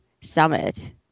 summit